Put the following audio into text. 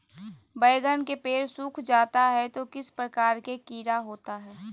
बैगन के पेड़ सूख जाता है तो किस प्रकार के कीड़ा होता है?